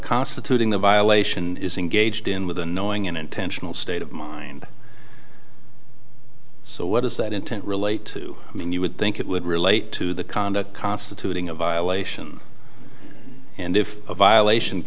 constituting the violation is engaged in with a knowing and intentional state of mind so what does that intent relate to i mean you would think it would relate to the conduct constituting a violation and if a violation